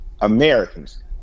Americans